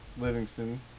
Livingston